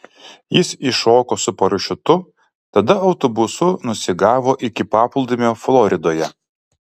jis iššoko su parašiutu tada autobusu nusigavo iki paplūdimio floridoje